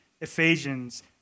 Ephesians